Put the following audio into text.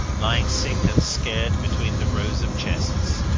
lying sick and scared between the rows of chests.